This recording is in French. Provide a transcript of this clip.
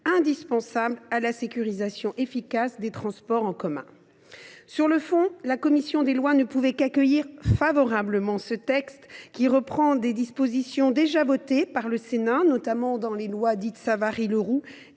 indispensables à la sécurisation efficace des transports en commun. Sur le fond, la commission des lois ne pouvait qu’accueillir favorablement cette proposition de loi, qui reprend des dispositions déjà votées par le Sénat, notamment dans les lois dites Savary Leroux